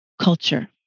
culture